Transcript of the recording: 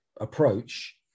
approach